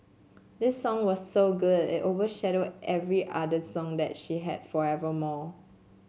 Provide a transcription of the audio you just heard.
this song was so good it overshadowed every other song that she had forevermore